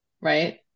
right